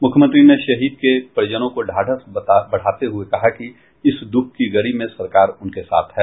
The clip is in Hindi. मुख्यमंत्री ने शहीद के परिजनों को ढांढस बंधाते हुए कहा कि इस दुख की घड़ी में सरकार उनके साथ है